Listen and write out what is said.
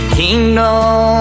kingdom